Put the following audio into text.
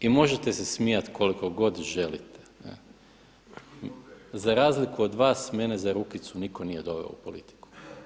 I možete se smijati koliko god želite za razliku od vas mene za rukicu niko nije doveo u politiku.